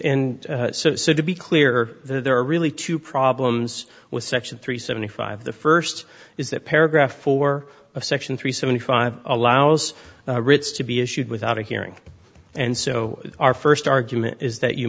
d so to be clear there are really two problems with section three seventy five the first is that paragraph four of section three seventy five allows writs to be issued without a hearing and so our first argument is that you